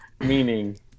Meaning